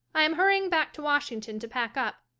i am hurrying back to washington to pack up,